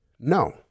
no